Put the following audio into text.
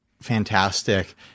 Fantastic